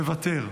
מוותר.